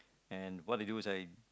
and what they do is I